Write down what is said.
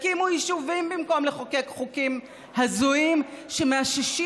תקימו יישובים במקום לחוקק חוקים הזויים שמאששים,